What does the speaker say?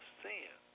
sin